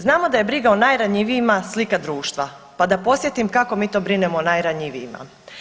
Znamo da je briga o najranjivijima slika društva, pa da podsjetim kako mi to brinemo o najranjivijima.